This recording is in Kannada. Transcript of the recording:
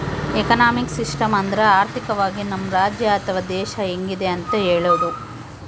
ಎಕನಾಮಿಕ್ ಸಿಸ್ಟಮ್ ಅಂದ್ರ ಆರ್ಥಿಕವಾಗಿ ನಮ್ ರಾಜ್ಯ ಅಥವಾ ದೇಶ ಹೆಂಗಿದೆ ಅಂತ ಹೇಳೋದು